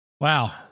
wow